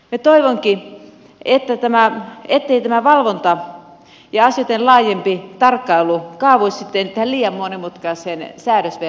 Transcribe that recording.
minä toivonkin ettei tämä valvonta ja asioitten laajempi tarkkailu kaatuisi sitten tähän liian monimutkaiseen säädösverkostoon